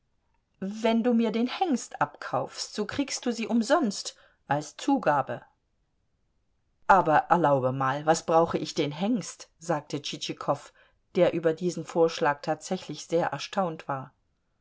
wenn du mir den hengst abkaufst so kriegst du sie umsonst als zugabe aber erlaube mal was brauche ich den hengst sagte tschitschikow der über diesen vorschlag tatsächlich sehr erstaunt war